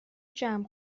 جمع